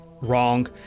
Wrong